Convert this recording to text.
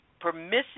permissive